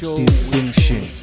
distinction